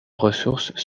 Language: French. ressources